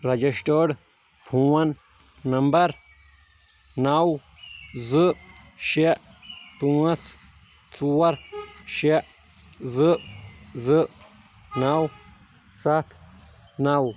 registered phone number نَو زٕ شےٚ پانٛژھ ژور شےٚ زٕ زٕ نَو سَتھ نَو